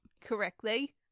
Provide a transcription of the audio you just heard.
correctly